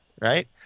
right